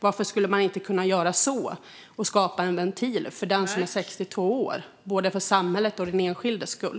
Varför skulle man inte kunna skapa en ventil för den som är 62 år både för samhällets och för den enskildes skull?